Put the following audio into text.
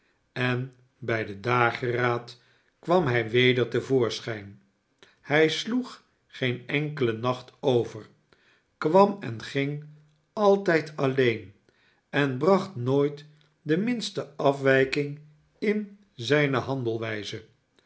en bij den dageraad kwam hij weder te voorschijn hij sloeg geen enkele nacht over kwam en ging altijd alleen en bracht nooit de minste afwijking in zijne